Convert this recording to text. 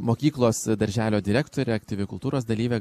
mokyklos darželio direktorė aktyvi kultūros dalyvė